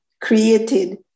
created